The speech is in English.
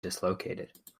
dislocated